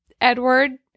Edward